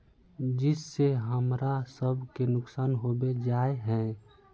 जिस से हमरा सब के नुकसान होबे जाय है?